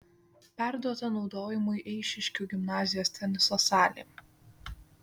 perduota naudojimui eišiškių gimnazijos teniso salė